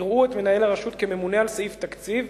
יראו את מנהל הרשות כממונה על סעיף תקציב,